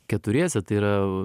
keturiese tai yra